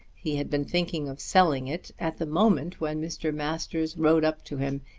he had been thinking of selling it at the moment when mr. masters rode up to him.